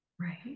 Right